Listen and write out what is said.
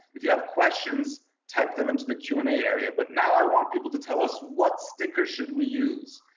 if you have questions, type them into the q and a area. but now i want people to tell us what stickers should we use?